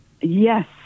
Yes